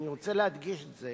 אני רוצה להדגיש את זה,